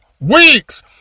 weeks